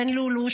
בן לולו,